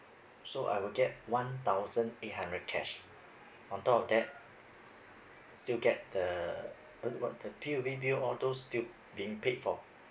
so I will get one thousand eight hundred cash on top of that still get the uh what the pay bill bills all those still being paid for